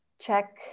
check